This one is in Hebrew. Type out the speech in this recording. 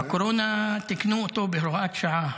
בקורונה תיקנו אותו בהוראת שעה.